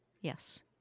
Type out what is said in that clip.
Yes